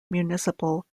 municipal